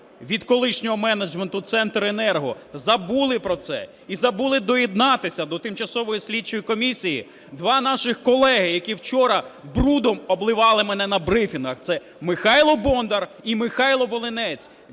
від колишнього менеджменту Центренерго. Забули про це! І забули доєднатися до Тимчасової слідчої комісії два наших колеги, які вчора брудом обливали мене на брифінгах – це Михайло Бондар і Михайло Волинець.